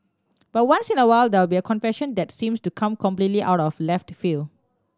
but once in a while there will be a confession that seems to come completely out of left field